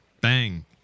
bang